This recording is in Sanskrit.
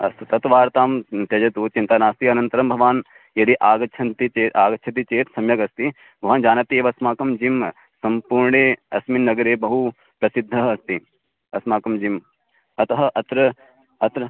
अस्तु तत् वार्तां त्यजतु चिन्ता नास्ति अनन्तरं भवान् यदि आगच्छन्ति चेत् आगच्छति चेत् सम्यगस्ति भवान् जानाति एव अस्माकं जिम् सम्पूर्णे अस्मिन् नगरे बहु प्रसिद्धः अस्ति अस्माकं जिम् अतः अत्र अत्र